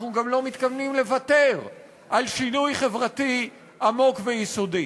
אנחנו גם לא מתכוונים לוותר על שינוי חברתי עמוק ויסודי.